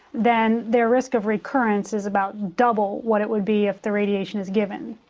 then their risk of recurrence is about double what it would be if the radiation is given.